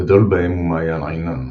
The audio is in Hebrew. הגדול בהם הוא מעיין עינן,